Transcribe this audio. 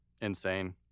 Insane